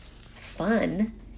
fun